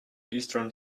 eastern